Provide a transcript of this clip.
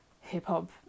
hip-hop